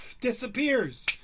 disappears